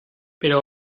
pero